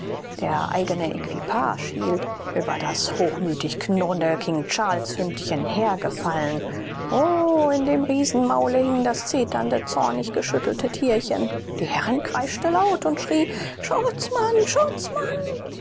der eigene equipage hielt über das hochmütig knurrende king charles hündchen hergefallen o in dem riesenmaule hing das zeternde zornig geschüttelte tierchen die herrin kreischte laut und schrie schutz mann